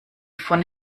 von